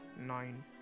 nine